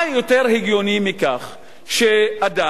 מה יותר הגיוני מכך שאדם,